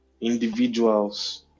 individuals